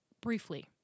briefly